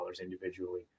individually